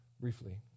briefly